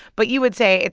but you would say,